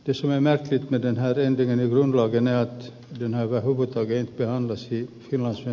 pysyvämmäksi veden ääreen pienen runouteen ja tyrnävä ovat oikein rankasti ymmärrä